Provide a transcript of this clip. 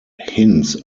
hints